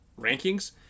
rankings